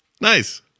nice